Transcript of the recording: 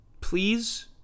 Please